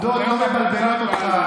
העובדות לא מבלבלות אותך,